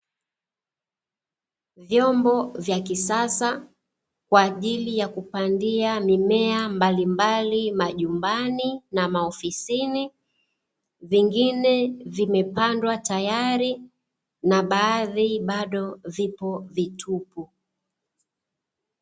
Vyombo vya kisasa kwa ajili ya kupandia mimea mbalimbali majumbanini na maofisini vingine vimepandwa tayari na baadhi bado vipo vitupu.